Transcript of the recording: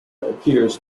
appears